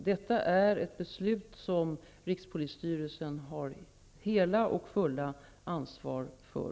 Detta är ett beslut som rikspolisstyrelsen har det hela och fulla ansvaret för.